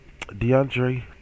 DeAndre